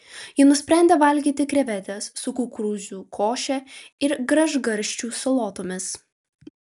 ji nusprendė valgyti krevetes su kukurūzų koše ir gražgarsčių salotomis